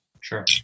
Sure